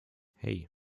hei